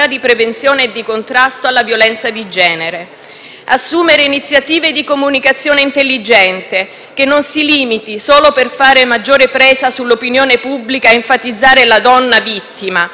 assumere iniziative di comunicazione intelligente che non si limiti solo per fare maggiore presa sull'opinione pubblica a enfatizzare la donna vittima, fuorviando la percezione dell'immagine femminile,